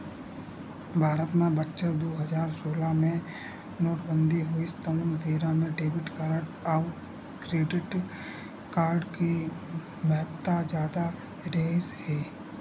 भारत म बछर दू हजार सोलह मे नोटबंदी होइस तउन बेरा म डेबिट कारड अउ क्रेडिट कारड के महत्ता जादा रिहिस हे